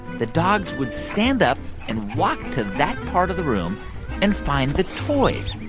the dogs would stand up and walk to that part of the room and find the toys.